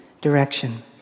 direction